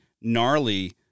gnarly